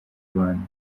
rwanda